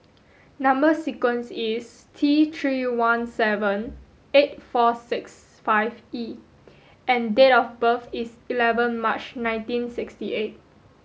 number sequence is T three one seven eight four six five E and date of birth is eleven March nineteen sixty eight